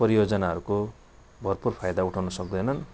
परियोजनाहरूको भरपुर फाइदा उठाउनु सक्दैनन्